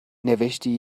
نوشتی